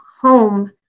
home